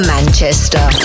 Manchester